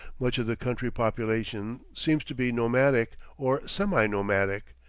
much of the country population seems to be nomadic, or semi-nomadic,